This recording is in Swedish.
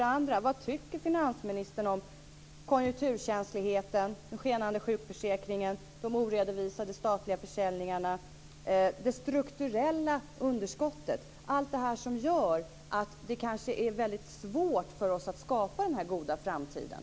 Dessutom: Vad tycker finansministern om konjunkturkänsligheten, den skenande sjukförsäkringen, de oredovisade statliga försäljningarna, det strukturella underskottet - allt detta som gör att det kanske blir väldigt svårt för oss att skapa den goda framtiden?